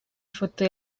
ifoto